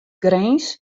grins